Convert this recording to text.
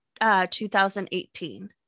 2018